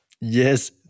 Yes